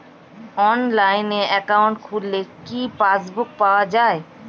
অনলাইনে একাউন্ট খুললে কি পাসবুক পাওয়া যায়?